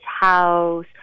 house